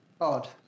odd